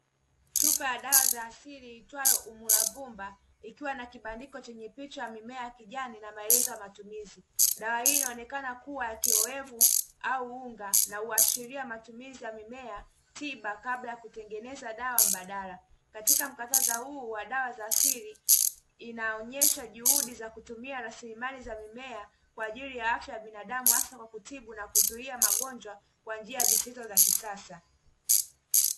Chupa ya dawa za asili iitwayo "Umuravumba" ikiwa na kibandiko chenye picha ya mimea ya kijani na maelezo ya matumizi ya dawa hii inaonekana kuwa kiowevu au unga na inaashiria matumizi ya mimea tiba kabla ya kutengeneza dawa mbadala. Katika mkatadha huu wa dawa za asili, inaonyesha juhudi za kutumia rasilimali za mimea kwa ajili ya afya ya binadamu, hasa kwa kutibu na kuzuia magonjwa kwa njia zisizo za kisasa.